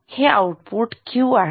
हे output Q आहे